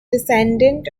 descendant